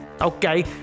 Okay